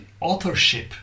authorship